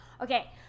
Okay